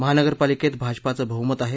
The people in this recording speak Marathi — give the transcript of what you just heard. महानगरपालिकेत भाजपचे बह्मत आहे